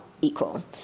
equal